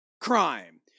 crime